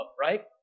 right